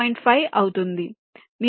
5 అవుతుంది